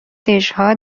دژها